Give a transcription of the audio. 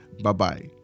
bye-bye